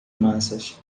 massas